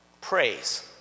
praise